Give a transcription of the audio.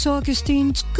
Augustine's